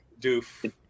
Doof